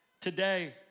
Today